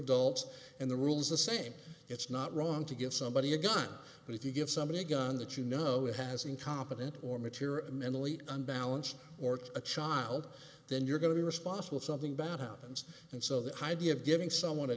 adults and the rules the same it's not wrong to give somebody a gun but if you give somebody a gun that you know it has incompetent or material mentally unbalanced or a child then you're going to be responsible something bad happens and so the idea of giving someone a